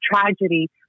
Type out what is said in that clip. tragedy